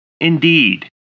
Indeed